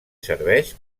serveix